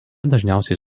dažniausiai